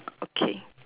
okay